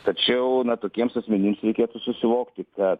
tačiau tokiems asmenims reikėtų susivokti kad